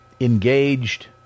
engaged